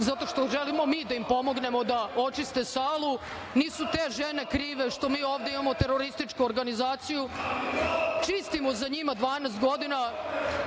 zato što želimo mi da im pomognemo da očiste salu, nisu te žene krive što mi ovde imamo terorističku organizaciju. Čistimo za njima 12 godina,